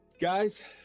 Guys